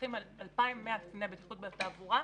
שמפקחים על 2,100 קציני בטיחות בתעבורה,